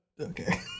Okay